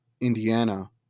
Indiana